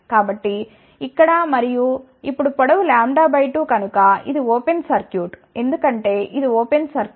కాబట్టి ఇక్కడ మరియు ఇప్పుడు పొడవు λ 2 కనుక ఇది ఓపెన్ సర్క్యూట్ ఎందుకంటే ఇది ఓపెన్ సర్క్యూట్